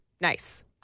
Nice